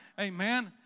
amen